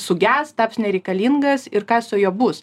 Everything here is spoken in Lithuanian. suges taps nereikalingas ir kas su juo bus